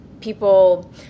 people